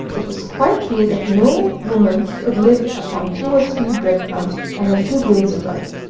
it was quite clear that no woman could live upon two or three bread-crumbs and a few grains of rice,